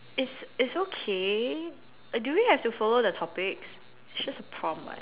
it's it's okay uh do we have to follow the topics it's just a prompt [what]